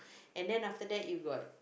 and then after that you got